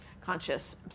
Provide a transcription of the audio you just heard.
conscious